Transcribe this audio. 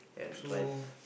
so